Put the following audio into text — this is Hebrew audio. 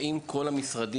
האם כל המשרדים